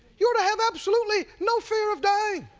you ought to have absolutely no fear of dying.